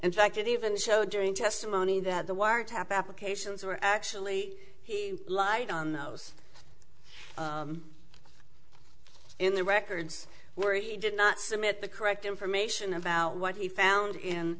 and fact of the even show during testimony that the wiretap applications were actually he lied on those in the records where he did not submit the correct information about what he found in